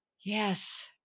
Yes